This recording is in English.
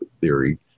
theory